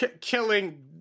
killing